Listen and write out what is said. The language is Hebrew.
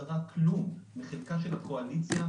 לא ייגרע כלום מחלקה של הקואליציה,